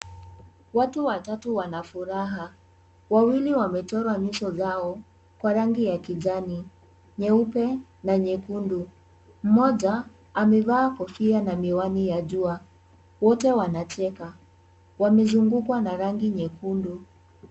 Watu watatu wana furaha, wawili wamechora nyuso zao kwa rangi ya kijani, nyeupe na nyekundu. Mmoja amevaa kofia na miwani ya jua. Wote wanacheka wamezungukwa na rangi nyekundu .